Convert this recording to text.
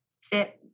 fit